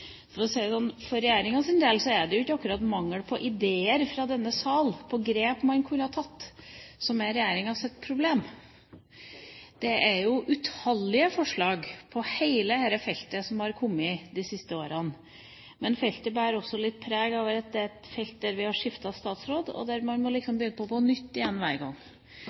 For å si det sånn: For regjeringas del er det jo ikke akkurat mangel på ideer fra denne sal på grep man kunne tatt, som er regjeringas problem. Det er utallige forslag i forbindelse med hele dette feltet som har kommet de siste årene. Men feltet bærer også litt preg av at vi har skiftet statsråd, og en må liksom begynne på nytt igjen hver gang.